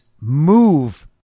move